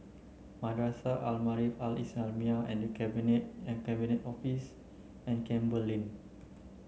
Madrasah Al Maarif Al Islamiah The Cabinet and Cabinet Office and Campbell Lane